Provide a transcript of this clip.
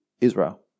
Israel